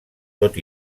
tot